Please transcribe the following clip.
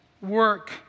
work